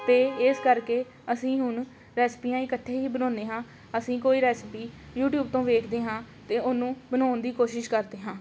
ਅਤੇ ਇਸ ਕਰਕੇ ਅਸੀਂ ਹੁਣ ਰੈਸਪੀਆਂ ਇਕੱਠੇ ਹੀ ਬਣਾਉਂਦੇ ਹਾਂ ਅਸੀਂ ਕੋਈ ਰੈਸਪੀ ਯੂਟਿਊਬ ਤੋਂ ਦੇਖਦੇ ਹਾਂ ਅਤੇ ਉਹਨੂੰ ਬਣਾਉਣ ਦੀ ਕੋਸ਼ਿਸ਼ ਕਰਦੇ ਹਾਂ